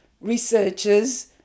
researchers